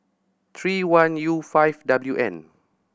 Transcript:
three one U five W N